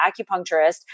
acupuncturist